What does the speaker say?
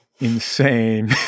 insane